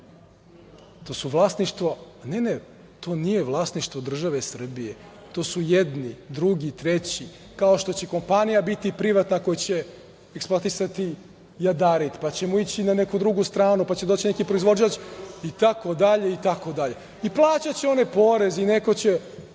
To su vlasništvo… Ne, ne. To nije vlasništvo države Srbije. To su jedni, drugi, treći, kao što će kompanija biti privatna, a koja će eksploatisati jadarit, pa ćemo ići na neku drugu stranu, pa će doći neki proizvođač itd, itd i plaćaće oni porez i neko će